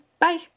Bye